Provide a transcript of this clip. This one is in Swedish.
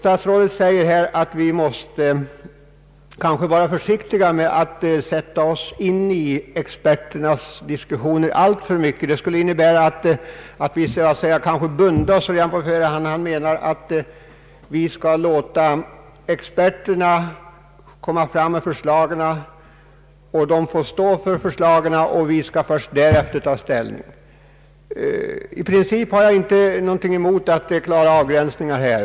Statsrådet säger att vi måste akta oss för att alltför mycket sätta oss in i experternas diskussioner. Det skulle innebära att vi binder oss i förhand. Han menar alltså att vi skall låta experterna komma fram med förslagen och stå för dem och vi skall först därefter ta ställning. I princip har jag inget emot klara avgränsningar här.